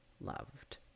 loved